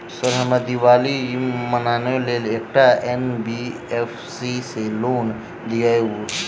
Sir हमरा दिवाली मनावे लेल एकटा एन.बी.एफ.सी सऽ लोन दिअउ?